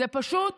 זה פשוט